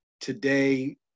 today